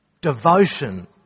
devotion